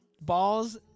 balls